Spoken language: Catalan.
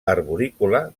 arborícola